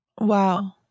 Wow